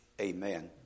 Amen